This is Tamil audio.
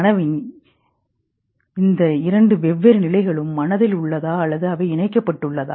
நனவின் இந்த இரண்டு வெவ்வேறு நிலைகளும் மனதில் உள்ளதா அல்லது அவை இணைக்கப்பட்டுள்ளதா